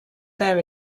their